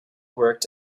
worked